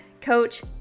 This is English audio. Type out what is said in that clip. coach